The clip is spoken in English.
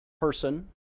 person